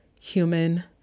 human